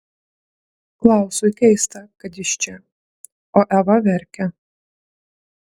klausui keista kad jis čia o eva verkia